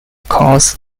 cause